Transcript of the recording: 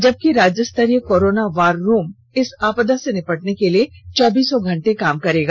जबकि राज्यस्तरीय corona war room इस आपदा से निपटने के लिए चौबीसों घण्टे काम करेगा